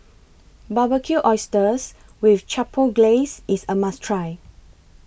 Barbecued Oysters with Chipotle Glaze IS A must Try